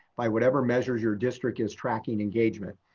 by whatever measures your district is tracking engagement,